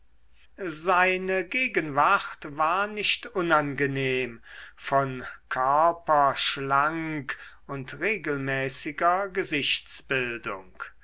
seine gegenwart war nicht unangenehm von körper schlank und regelmäßiger